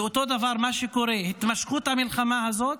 ואותו דבר שקורה, התמשכות המלחמה הזאת,